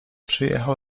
przyjechał